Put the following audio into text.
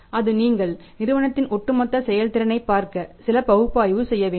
அது நீங்கள் நிறுவனத்தின் ஒட்டுமொத்த செயல்திறனை பார்க்க சில பகுப்பாய்வு செய்ய வேண்டும்